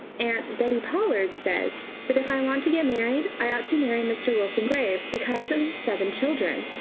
aunt bettie pollard says that if i want to get married i ought to marry mr. wilson graves because of his seven children,